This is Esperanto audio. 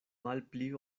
malpli